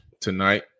tonight